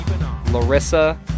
Larissa